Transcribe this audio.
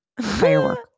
firework